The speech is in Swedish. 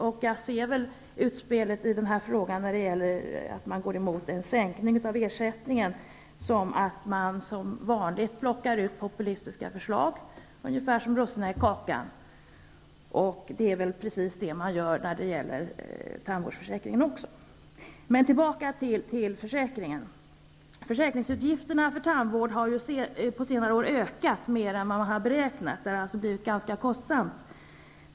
När det gäller utspelet i den här frågan, där man går emot en sänkning av ersättningen, ser jag det som att man som vanligt plockar ut populistiska förslag, ungefär som russinen i kakan. Det är väl precis vad man gör när det gäller tandvårdsförsäkringen också. Men låt oss gå tillbaka till försäkringen. Försäkringsutgifterna för tandvård har ökat mer än beräknat på senare år. Det har alltså blivit ganska kostsamt.